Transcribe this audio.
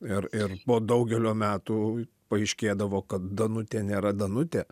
ir ir po daugelio metų paaiškėdavo kad danutė nėra danutė